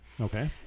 Okay